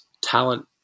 talent